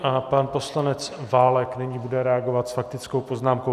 A pan poslanec Válek nyní bude reagovat s faktickou poznámkou.